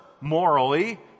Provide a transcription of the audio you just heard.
morally